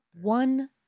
One